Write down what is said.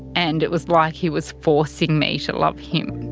and it was like he was forcing me to love him.